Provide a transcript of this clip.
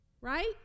Right